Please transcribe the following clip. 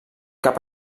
cap